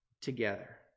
together